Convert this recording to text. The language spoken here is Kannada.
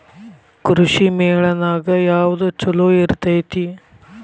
ಕೃಷಿಮೇಳ ನ್ಯಾಗ ಯಾವ್ದ ಛಲೋ ಇರ್ತೆತಿ?